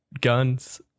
guns